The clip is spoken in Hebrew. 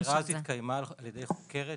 החקירה הזו התקיימה על ידי חוקרת